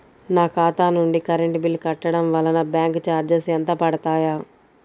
నా ఖాతా నుండి కరెంట్ బిల్ కట్టడం వలన బ్యాంకు చార్జెస్ ఎంత పడతాయా?